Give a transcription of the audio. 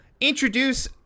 introduce